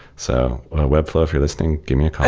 so ah webflow, if you're listening, give me a call.